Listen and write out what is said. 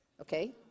okay